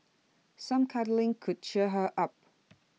some cuddling could cheer her up